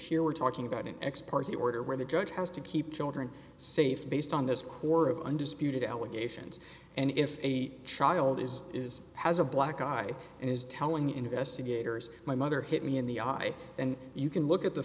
stage here we're talking about an ex parte order where the judge has to keep children safe based on this core of undisputed allegations and if eight child is is has a black eye and is telling investigators my mother hit me in the eye and you can look at the